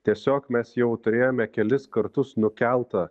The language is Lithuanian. tiesiog mes jau turėjome kelis kartus nukeltą